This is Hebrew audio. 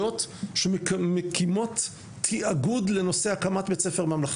אני לומד ב"אורות יהודה", ישיבת בני עקיבא באפרת.